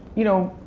you know,